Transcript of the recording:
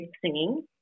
singing